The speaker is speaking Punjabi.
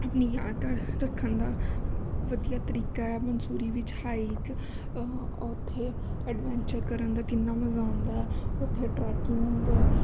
ਆਪਣੀ ਰੱਖਣ ਦਾ ਵਧੀਆ ਤਰੀਕਾ ਹੈ ਮਨਸੂਰੀ ਵਿੱਚ ਹਾਈਕ ਉਹ ਉੱਥੇ ਐਡਵੈਂਚਰ ਕਰਨ ਦਾ ਕਿੰਨਾ ਮਜ਼ਾ ਆਉਂਦਾ ਉੱਥੇ ਟਰੈਕਿੰਗ